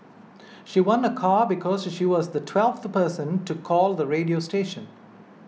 she won a car because she was the twelfth person to call the radio station